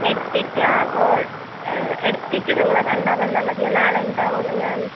എടുത്തിട്ടപ്പോൾ എടുത്തിട്ട് നിങ്ങളെ കണ്ടാൽ വന്നാൽ മതിയോ നാളെ ഉണ്ടാവോ നിങ്ങൾ